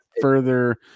further